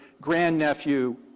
grandnephew